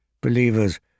Believers